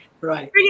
right